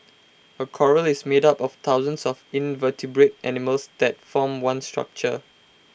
A Coral is made up of thousands of invertebrate animals that form one structure